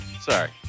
sorry